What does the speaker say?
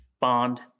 bond